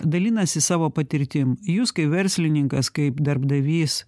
dalinasi savo patirtim jūs kaip verslininkas kaip darbdavys